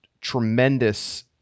tremendous